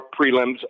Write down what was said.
prelims